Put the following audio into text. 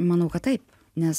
manau kad taip nes